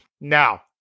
Now